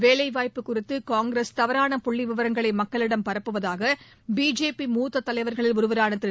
வேலைவாய்ப்பு குறித்து காங்கிரஸ் தவறான புள்ளி விவரங்களை மக்களிடம் பரப்புவதாக பிஜேபி மூத்த தலைவர்களில் ஒருவரான திரு